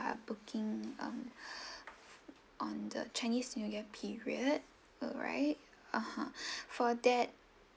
are booking um on the chinese new year period right (uh huh) for that